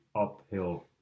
uphill